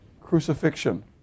crucifixion